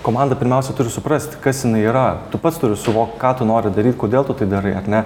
komanda pirmiausia turi suprasti kas jinai yra tu pats turi suvokt ką tu nori daryt kodėl tu tai darai ar ne